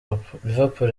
liverpool